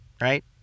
right